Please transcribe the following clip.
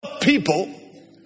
People